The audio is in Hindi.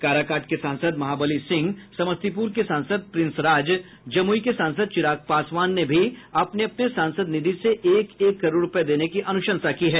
काराकाट के सांसद महाबलि सिंह समस्तीपुर के सांसद प्रिंस राज जमुई के सांसद चिराग पासवान ने अपने अपने सांसद निधि से एक एक करोड़ रूपये देने की अनुशंसा की है